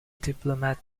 diplomat